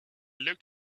looked